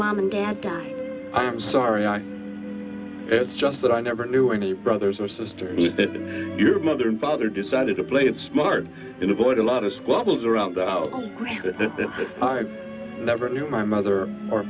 mom and dad i'm sorry i it's just that i never knew any brothers or sisters your mother and father decided to play it smart in avoid a lot of squabbles around the house i never knew my mother or